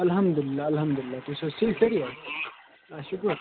اَلحَمدُالِلّہ اَلحَمدُاللّہ تُہۍ چھِو حظ ٹھیٖک سٲری حظ آ شُکُر